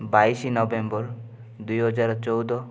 ବାଇଶ ନଭେମ୍ବର ଦୁଇ ହଜାର ଚଉଦ